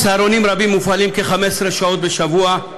צהרונים רבים פועלים כ-15 שעות בשבוע,